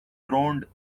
droned